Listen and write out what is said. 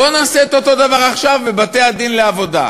בואו נעשה את אותו דבר עכשיו בבתי-הדין לעבודה.